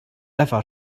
ever